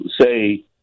say